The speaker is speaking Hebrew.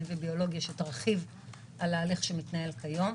וביולוגיה שתרחיב על ההליך שמתנהל כיום.